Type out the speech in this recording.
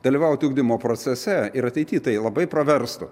dalyvauti ugdymo procese ir ateity tai labai praverstų